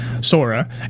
sora